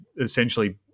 essentially